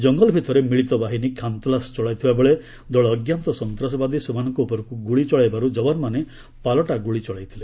କଙ୍ଗଲ ଭିତରେ ମିଳିତ ବାହିନୀ ଖାନତଲାସ ଚଳାଇଥିବାବେଳେ ଦଳେ ଅଜ୍ଞାତ ସନ୍ତାସବାଦୀ ସେମାନଙ୍କୁ ଉପରକୁ ଗୁଳି ଚଳାଇବାରୁ ଯବାନ ମାନେ ପାଲଟା ଗୁଳି ଚଳାଇଥିଲେ